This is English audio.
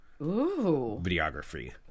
videography